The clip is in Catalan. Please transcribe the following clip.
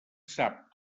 sap